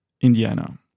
Indiana